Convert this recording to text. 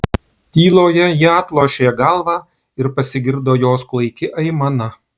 tyloje ji atlošė galvą ir pasigirdo jos klaiki aimana